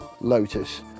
Lotus